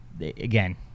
again